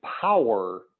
power